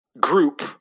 group